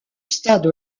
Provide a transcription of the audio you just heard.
stade